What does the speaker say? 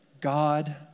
God